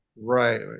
right